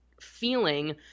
feeling